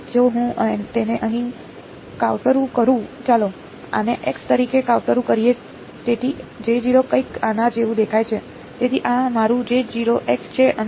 તેથી જો હું તેને અહીં કાવતરું કરું ચાલો આને x તરીકે કાવતરું કરીએ તેથી કંઈક આના જેવું દેખાય છે